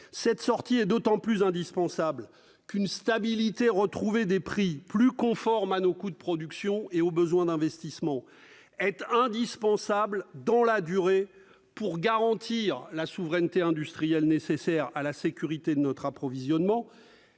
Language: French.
Cette sortie est d'autant plus indispensable qu'une stabilité retrouvée des prix, plus conforme à nos coûts de production, est indispensable. Il s'agit tant de garantir la souveraineté industrielle nécessaire à la sécurité de notre approvisionnement,